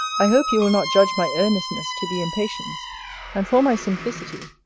i hope you will not judge my earnestness to be impatience and for my simplicity,